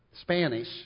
Spanish